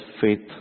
faith